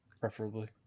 Preferably